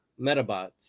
Metabots